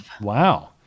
Wow